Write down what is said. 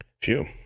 Phew